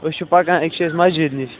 أسۍ چھِ پکان أکیٛاہ چھِ أسۍ مسجد نِش